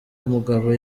umugabo